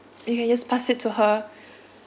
you can just pass it to her